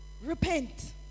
Repent